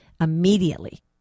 immediately